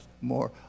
more